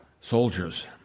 soldiers